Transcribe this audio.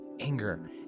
anger